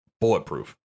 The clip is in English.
bulletproof